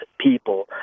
people